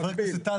טל,